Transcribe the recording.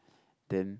then